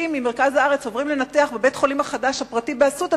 רופאים ממרכז הארץ עוברים לנתח בבית-החולים החדש הפרטי ב"אסותא",